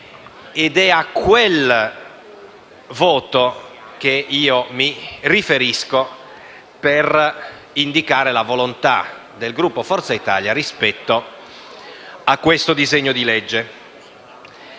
ed è a quel voto che mi riferisco per indicare la volontà del mio Gruppo rispetto a questo disegno di legge.